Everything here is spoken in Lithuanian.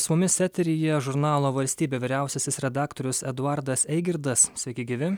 su mumis eteryje žurnalo valstybė vyriausiasis redaktorius eduardas eigirdas sveiki gyvi